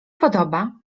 podoba